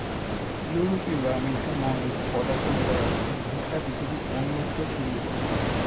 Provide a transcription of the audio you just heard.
ইউরোপীয়রা আমেরিকা মহাদেশে পদার্পণ করার পর ভুট্টা পৃথিবীর অন্যত্র ছড়িয়ে পড়ে